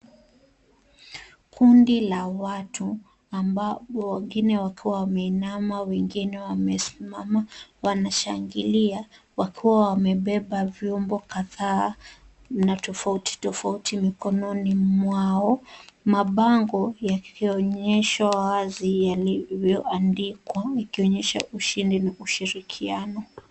Kundi la watu wengine wakiwa wameinama wengine wamesimama wanashangilia, wakiwa wamebeba vyombo kadhaa na tofauti tofauti mikononi mwao, mabango yakionyeshwa wazi yalivyoandikwa, ikionyesha ushindi na ushirikiano.